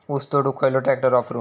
ऊस तोडुक खयलो ट्रॅक्टर वापरू?